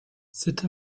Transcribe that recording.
cet